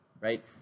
right